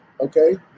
Okay